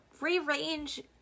rearrange